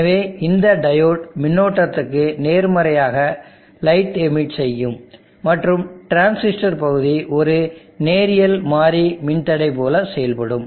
எனவே இந்த டையோடு மின்னோட்டத்துக்கு நேர்மறையாக லைட் எமிட் செய்யும் மற்றும் டிரான்சிஸ்டர் பகுதி ஒரு நேரியல் மாறி மின்தடை போல செயல்படும்